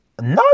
no